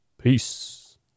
Peace